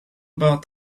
about